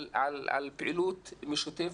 על פעילות משותפת.